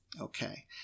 Okay